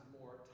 more